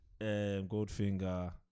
Goldfinger